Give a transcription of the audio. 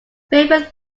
favourite